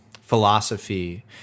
philosophy